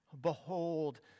behold